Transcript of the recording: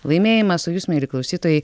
laimėjimas o jūs mieli klausytojai